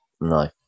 no